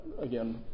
again